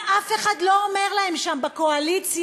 ואף אחד לא אומר להם שם, בקואליציה,